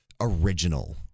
original